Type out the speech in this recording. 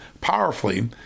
powerfully